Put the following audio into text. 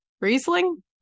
Riesling